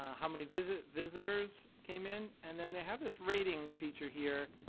ah how many visitors visitors came in. and then they have this rating feature here,